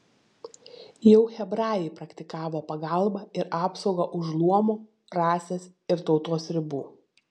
jau hebrajai praktikavo pagalbą ir apsaugą už luomo rasės ir tautos ribų